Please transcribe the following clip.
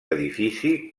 edifici